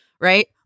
Right